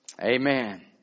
Amen